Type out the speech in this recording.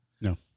No